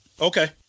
Okay